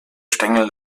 stängel